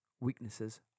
weaknesses